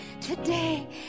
today